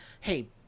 hey